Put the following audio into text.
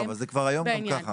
לא, אבל זה כבר היום גם ככה.